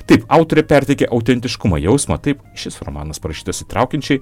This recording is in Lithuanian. taip autorė perteikia autentiškumo jausmą taip šis romanas parašytas įtraukiančiai